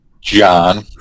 John